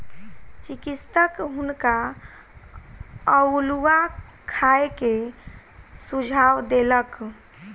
चिकित्सक हुनका अउलुआ खाय के सुझाव देलक